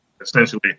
Essentially